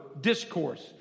discourse